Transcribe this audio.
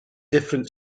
different